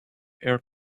air